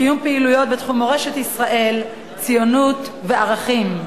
קיום פעילויות בתחום מורשת ישראל, ציונות וערכים.